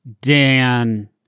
Dan